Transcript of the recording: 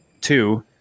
two